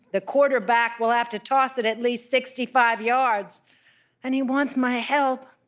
the quarterback will have to toss it at least sixty five yards and he wants my help.